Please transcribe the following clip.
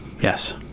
Yes